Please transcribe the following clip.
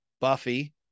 Buffy